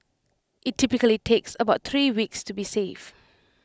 IT typically takes about three weeks to be safe